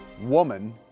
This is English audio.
woman